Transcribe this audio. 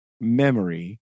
memory